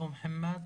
אבו מחמד.